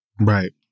Right